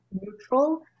neutral